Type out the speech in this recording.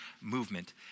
movement